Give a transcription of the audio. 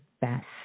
best